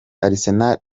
arsenal